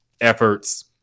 efforts